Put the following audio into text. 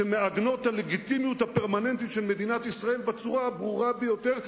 שמעגנות את הלגיטימיות הפרמננטית של מדינת ישראל בצורה הברורה ביותר,